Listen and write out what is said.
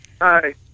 Hi